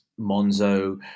Monzo